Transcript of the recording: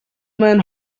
man